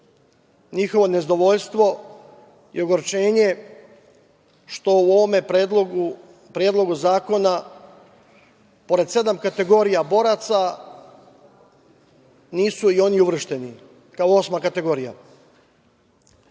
njihovo nezadovoljstvo i ogorčenje što u ovom predlogu zakona, pored sedam kategorija boraca, nisu i oni uvršteni kao osma kategorija. Radi